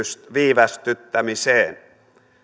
viivästyttämiseen